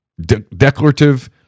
declarative